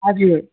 हजुर